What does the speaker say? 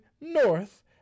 north